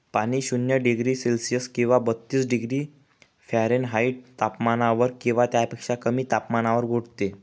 पाणी शून्य degree Celsius किंवा बत्तीस डिग्री फॅरेनहाईट तापमानावर किंवा त्यापेक्षा कमी तापमानावर गोठते